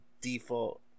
default